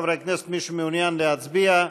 חברי הכנסת, מי שמעוניין להצביע,